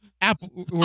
Apple